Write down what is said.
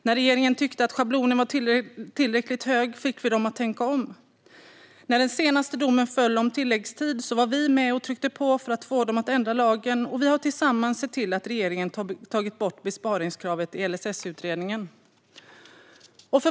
När regeringen tyckte att schablonen var tillräckligt hög fick vi dem att tänka om. När den senaste domen om tilläggstid föll var vi med och tryckte på för att få dem att ändra lagen, och vi har tillsammans sett till att regeringen tagit bort besparingskravet i LSS-utredningen.